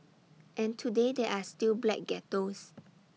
and today there are still black ghettos